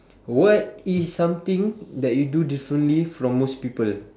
what is something that you do differently from most people